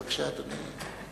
בבקשה, אדוני.